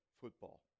football